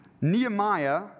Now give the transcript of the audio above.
Nehemiah